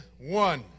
one